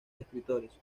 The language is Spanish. escritores